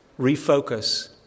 refocus